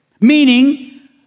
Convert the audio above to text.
meaning